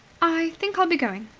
i think i'll be going,